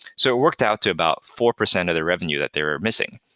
so it worked out to about four percent of their revenue that they were missing.